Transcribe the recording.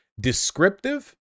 Descriptive